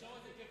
ההצבעה נסתיימה.